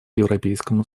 европейскому